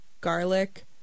garlic